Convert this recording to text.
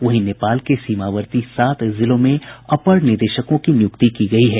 वहीं नेपाल के सीमावर्ती सात जिलों में अपर निदेशकों की नियुक्ति की गयी है